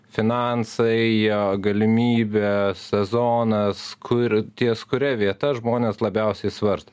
finansai jie galimybę sezonas kur ties kuria vieta žmonės labiausiai svarsto